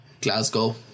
Glasgow